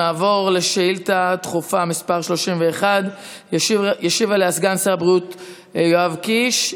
נעבור לשאילתה דחופה מס' 31. ישיב עליה סגן שר הבריאות יואב קיש.